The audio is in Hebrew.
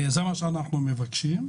זה מה שאנחנו מבקשים.